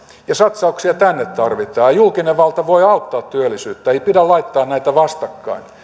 ja satsauksia tänne tarvitaan julkinen valta voi auttaa työllisyyttä ei pidä laittaa näitä vastakkain